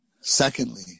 Secondly